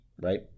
right